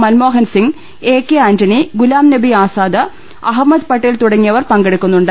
Manmohan Singh A K Antony Ghulam Nabi Azad Ahmed Patel തുടങ്ങിയവർ പങ്കെടുക്കുന്നുണ്ട്